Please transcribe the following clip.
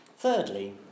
Thirdly